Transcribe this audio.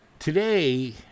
Today